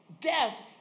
death